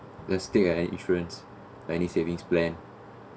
just stick an insurance like any savings plan